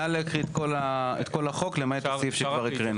נא להקריא את כל החוק למעט הסעיף שכבר הקראנו.